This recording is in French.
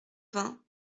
vingts